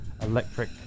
electric